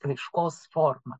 raiškos forma